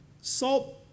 salt